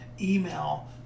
email